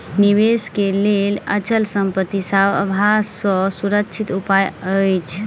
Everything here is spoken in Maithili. निवेश के लेल अचल संपत्ति सभ सॅ सुरक्षित उपाय अछि